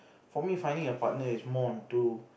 for me finding a partner is more onto